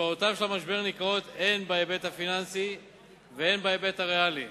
השפעותיו של המשבר ניכרות הן בהיבט הפיננסי והן בהיבט הריאלי.